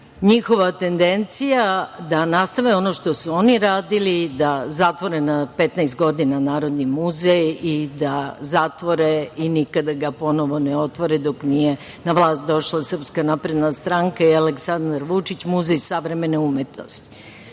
Njihova tendencija da nastave ono što su oni radili, da zatvore na 15 godina Narodni muzej i da zatvore i nikad da ga ponovo ne otvore dok nije na vlast došla SNS i Aleksandar Vučić, Muzej savremene umetnosti.